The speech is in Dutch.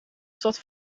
stad